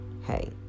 hey